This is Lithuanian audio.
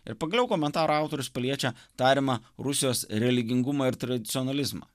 ir pagaliau komentaro autorius paliečia tariamą rusijos religingumą ir tradicionalizmą